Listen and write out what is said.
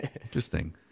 Interesting